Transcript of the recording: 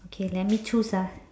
K let me choose ah